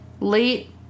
late